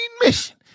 mission